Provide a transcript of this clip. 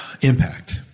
Impact